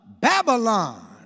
Babylon